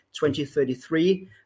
2033